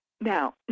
Now